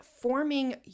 forming